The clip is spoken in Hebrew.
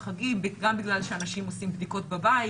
החגים וגם בגלל שאנשים עושים בדיקות בבית.